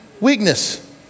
weakness